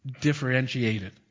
differentiated